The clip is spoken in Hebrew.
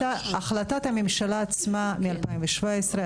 החלטת הממשלה עצמה מ-2017,